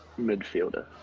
midfielder